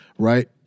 right